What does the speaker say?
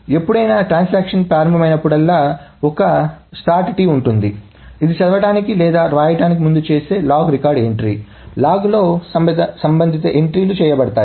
ఎప్పుడైనా ట్రాన్సాక్షన్ ప్రారంభమైనప్పుడల్లా ఒక ప్రారంభం T ఉంటుంది ఇది చదవడానికి లేదా వ్రాయడానికి ముందు చేసిన లాగ్ రికార్డ్ ఎంట్రీలు లాగ్లో సంబంధిత ఎంట్రీలు చేయబడతాయి